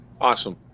Awesome